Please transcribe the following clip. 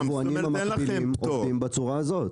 היום היבואנים המקבילים עובדים בצורה הזאת.